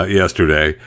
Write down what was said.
yesterday